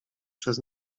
przez